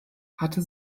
hatte